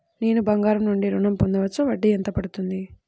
నేను బంగారం నుండి ఋణం పొందవచ్చా? వడ్డీ ఎంత పడుతుంది?